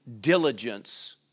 diligence